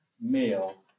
male